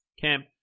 camp